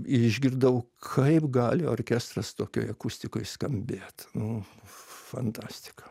išgirdau kaip gali orkestras tokioj akustikoj skambėt nu fantastika